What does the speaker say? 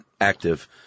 active